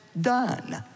done